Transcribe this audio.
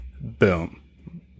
boom